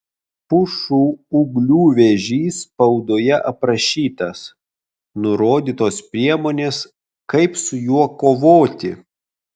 pušų ūglių vėžys spaudoje aprašytas nurodytos priemonės kaip su juo kovoti